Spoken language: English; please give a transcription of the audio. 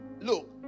Look